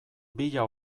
bila